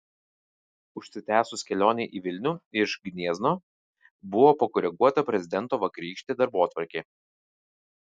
užsitęsus kelionei į vilnių iš gniezno buvo pakoreguota prezidento vakarykštė darbotvarkė